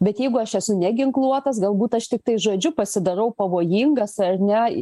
bet jeigu aš esu neginkluotas galbūt aš tiktai žodžiu pasidarau pavojingas ar ne